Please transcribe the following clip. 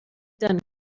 done